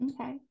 Okay